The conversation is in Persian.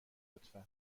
لطفا